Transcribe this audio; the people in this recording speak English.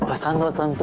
ah son-in-law's and